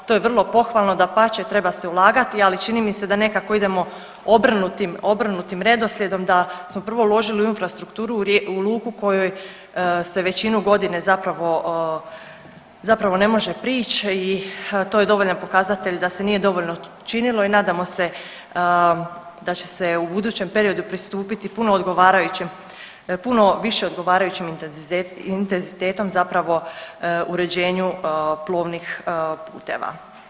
To je vrlo pohvalno, dapače, treba se ulagati, ali čini mi se da nekako idemo obrnutim redoslijedom, da smo prvo uložili u infrastrukturu, u luku u kojoj se većinu godine zapravo ne može prići i to je dovoljan pokazatelj da se nije dovoljno činilo i nadamo se da će se u budućem periodu pristupiti puno odgovarajućem, puno više odgovarajućeg intenzitetom zapravo uređenju plovnih puteva.